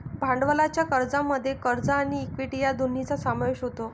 भांडवलाच्या खर्चामध्ये कर्ज आणि इक्विटी या दोन्हींचा समावेश होतो